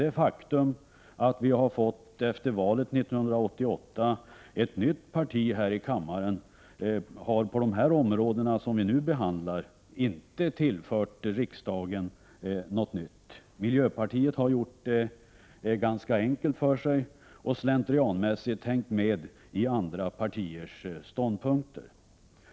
Det faktum att vi efter valet 1988 har fått ett nytt parti här i kammaren har på de områden vi nu behandlar inte tillfört riksdagen något nytt. Miljöpartiet har gjort det ganska enkelt för sig och slentrianmässigt hängt med i andra partiers ståndpunkter.